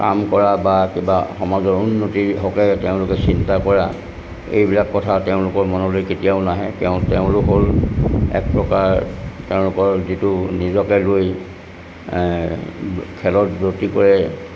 কাম কৰা বা কিবা সমাজৰ উন্নতি হকে তেওঁলোকে চিন্তা কৰা এইবিলাক কথা তেওঁলোকৰ মনলৈ কেতিয়াও নাহে তেওঁ তেওঁলোক হ'ল এক প্ৰকাৰ তেওঁলোকৰ যিটো নিজকে লৈ খেলত ব্ৰতী কৰে